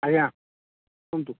ଆଜ୍ଞା କୁହନ୍ତୁ